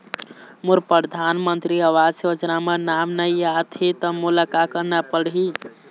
मोर परधानमंतरी आवास योजना म नाम नई आत हे त मोला का करना पड़ही?